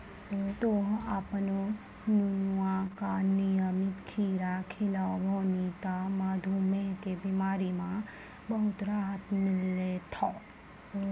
तोहॅ आपनो नुनुआ का नियमित खीरा खिलैभो नी त मधुमेह के बिमारी म बहुत राहत मिलथौं